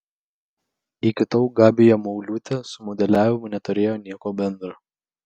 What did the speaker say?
iki tol gabija mauliūtė su modeliavimu neturėjo nieko bendra